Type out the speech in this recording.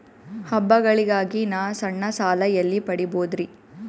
ಹಬ್ಬಗಳಿಗಾಗಿ ನಾ ಸಣ್ಣ ಸಾಲ ಎಲ್ಲಿ ಪಡಿಬೋದರಿ?